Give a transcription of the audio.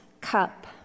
cup